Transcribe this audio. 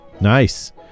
Nice